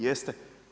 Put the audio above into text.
Jeste.